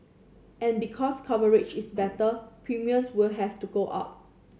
but because coverage is better premiums will have to go up